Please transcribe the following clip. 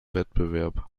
wettbewerb